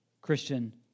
Christian